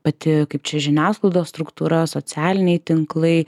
pati kaip čia žiniasklaidos struktūra socialiniai tinklai